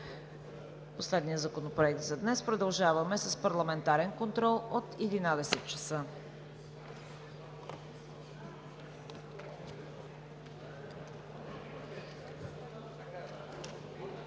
последният законопроект за днес. Продължаваме с парламентарен контрол от 11,00 ч.